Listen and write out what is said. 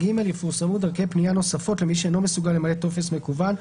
(ג) יפורסמו דרכי פניה נוספות למי שאינו מסוגל למלא טופס מקוון,